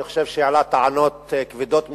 אני חושב שהוא העלה טענות כבדות משקל.